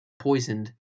Poisoned